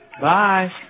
Bye